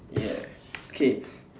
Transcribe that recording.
yes okay